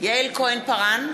יעל כהן-פארן,